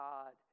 God